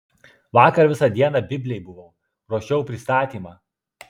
vakar visą dieną biblėj buvau ruošiau pristatymą